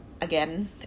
again